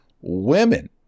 Women